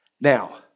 Now